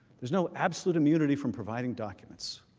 there's no absolute immunity from providing documents.